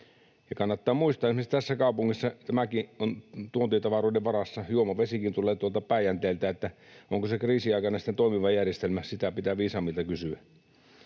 kannattaa muistaa, että esimerkiksi tämäkin kaupunki on tuontitavaroiden varassa — juomavesikin tulee tuolta Päijänteeltä. Onko se kriisiaikana sitten toimiva järjestelmä, niin sitä pitää viisaammilta kysyä.